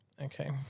Okay